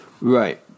Right